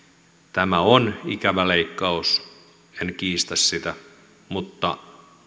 tämä on ikävä leikkaus en kiistä sitä mutta